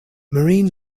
marine